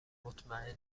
مطمئنا